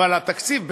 אבל התקציב,